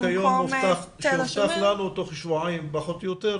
במקום תל השומר --- שהיום הובטח לנו שתוך שבועיים פחות או יותר.